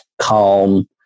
calm